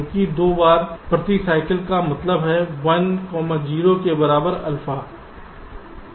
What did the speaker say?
क्योंकि 2 बार प्रति साइकिल का मतलब 1 0 के बराबर अल्फा है